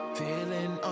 feeling